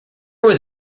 was